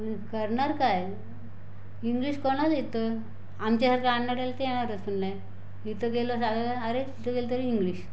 पण करणार काय इंग्लिश कोणाला येतं आमच्यासारख्या अनाड्याला तर येणारच नाही इथे गेलं अरे तिथे गेलं तरी इंग्लिश